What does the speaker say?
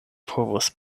povus